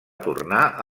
tornar